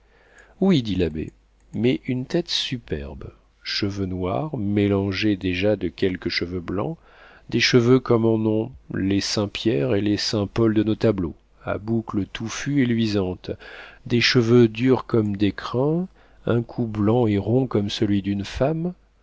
oui dit l'abbé mais une tête superbe cheveux noirs mélangés déjà de quelques cheveux blancs des cheveux comme en ont les saint pierre et les saint paul de nos tableaux à boucles touffues et luisantes des cheveux durs comme des crins un cou blanc et rond comme celui d'une femme